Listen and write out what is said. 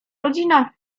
rodzina